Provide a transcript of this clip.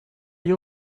you